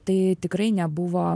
tai tikrai nebuvo